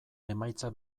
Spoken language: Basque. emaitza